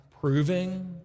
proving